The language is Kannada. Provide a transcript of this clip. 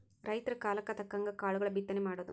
ರೈತರ ಕಾಲಕ್ಕ ತಕ್ಕಂಗ ಕಾಳುಗಳ ಬಿತ್ತನೆ ಮಾಡುದು